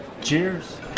cheers